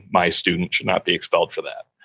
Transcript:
my student should not be expelled for that.